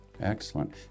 Excellent